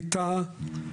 ווליד טאהא,